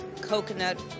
Coconut